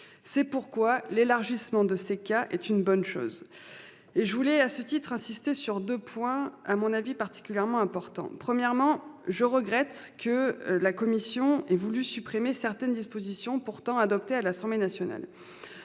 C'est pourquoi l'élargissement de ces cas est une bonne chose. À ce titre, je voudrais m'attarder sur deux points qui me paraissent particulièrement importants. Premièrement, je regrette que la commission ait voulu supprimer certaines dispositions adoptées à l'Assemblée nationale.